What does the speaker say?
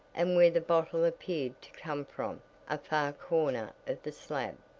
and where the bottle appeared to come from a far corner of the slab.